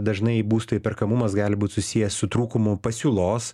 dažnai būsto įperkamumas gali būt susijęs su trūkumu pasiūlos